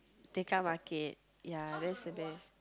Tekka Market ya that's the best